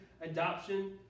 adoption